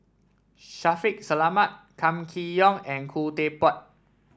Shaffiq Selamat Kam Kee Yong and Khoo Teck Puat